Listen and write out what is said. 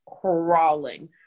crawling